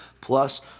Plus